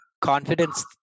confidence